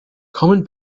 common